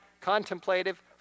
contemplative